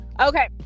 Okay